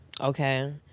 Okay